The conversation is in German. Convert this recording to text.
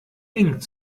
eng